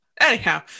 anyhow